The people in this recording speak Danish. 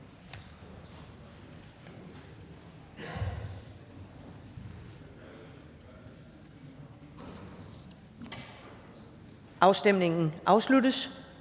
Afstemningen afsluttes.